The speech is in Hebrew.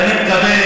ואני מקווה,